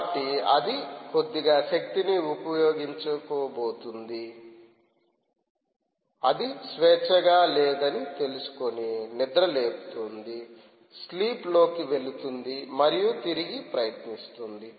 కాబట్టి అది కొద్దిగా శక్తిని ఉపయోగించబోతోంది అది స్వేచ్ఛగా లేదని తెలుసుకుని నిద్రపోతుంది స్లీప్లోకి వెళుతుంది మరియు తిరిగి ప్రయత్నిస్తుంది